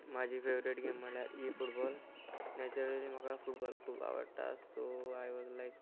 म्हजी favourite game म्हणल्यार इ फुटबॉल नॅचरली म्हाका फुटबॉल खूब आवडटा सो आय वॉज लायक